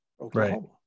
Oklahoma